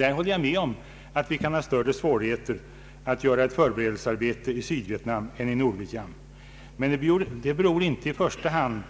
Jag håller med om att vi kan ha större svårigheter att göra ett förberedelsearbete i Sydvietnam än i Nordvietnam, men det beror inte i första hand